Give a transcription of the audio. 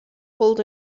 pulled